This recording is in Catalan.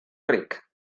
ric